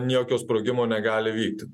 jokio sprogimo negali vykti